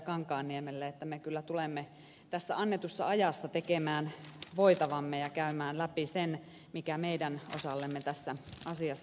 kankaanniemelle että me kyllä tulemme tässä annetussa ajassa tekemään voitavamme ja käymään läpi sen mikä meidän osallemme tässä asiassa kuuluu